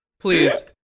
Please